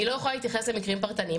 אני לא יכולה להתייחס למקרים פרטניים.